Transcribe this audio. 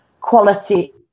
quality